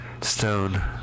stone